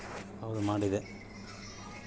ಭಾರತ ಸರ್ಕಾರ ಗರಿಬ್ ಕಲ್ಯಾಣ ರೋಜ್ಗರ್ ಯೋಜನೆನ ಶುರು ಮಾಡೈತೀ